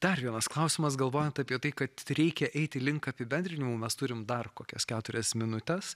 dar vienas klausimas galvojant apie tai kad reikia eiti link apibendrinimų mes turim dar kokias keturias minutes